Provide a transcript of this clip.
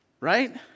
right